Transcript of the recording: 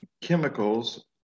chemicals